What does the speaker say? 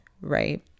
right